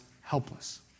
helpless